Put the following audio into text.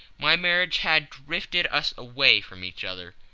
my marriage had drifted us away from each other.